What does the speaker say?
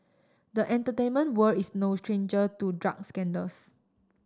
the entertainment world is no stranger to drug scandals